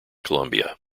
columbia